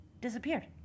disappeared